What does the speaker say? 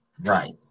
Right